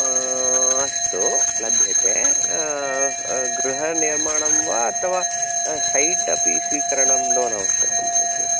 अस्तु लभ्यते गृहनिर्माणं वा अथवा सैट् अपि स्वीकरणं लोन् आवश्यकं भवति वा